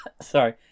Sorry